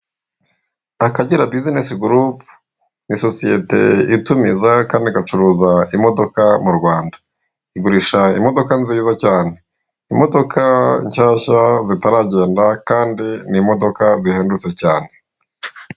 Akagera bizinesi gurupu ni sosiyete itumiza Kandi igacuruza imodoka mu Rwanda. Igurisha imodoka nziza cyane, imodoka nshyashya zitaragenda kandi ni imodoka zihendutse cyane.